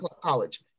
college